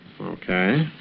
Okay